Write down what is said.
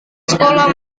sekolah